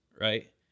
right